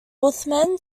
uthman